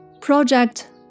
Project